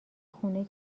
خونه